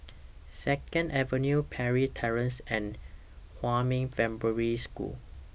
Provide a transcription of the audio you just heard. Second Avenue Parry Terrace and Huamin Primary School